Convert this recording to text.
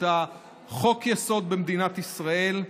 חוק-יסוד במדינת ישראל,